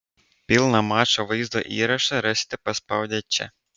pilną mačo vaizdo įrašą rasite paspaudę čia